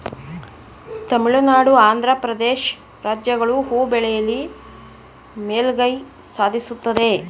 ತಮಿಳುನಾಡು, ಆಂಧ್ರ ಪ್ರದೇಶ್ ರಾಜ್ಯಗಳು ಹೂ ಬೆಳೆಯಲಿ ಮೇಲುಗೈ ಸಾಧಿಸುತ್ತದೆ